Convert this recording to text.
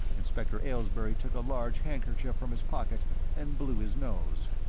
inspector aylesbury took a large handkerchief from his pocket and blew his nose.